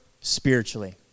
spiritually